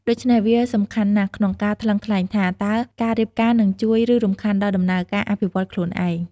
ដូច្នេះ វាសំខាន់ណាស់ក្នុងការថ្លឹងថ្លែងថា តើការរៀបការនឹងជួយ ឬរំខានដល់ដំណើរការអភិវឌ្ឍន៍ខ្លួនឯង។